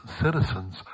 citizens